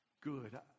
good